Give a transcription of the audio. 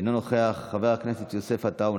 אינו נוכח, חבר הכנסת יוסף עטאונה,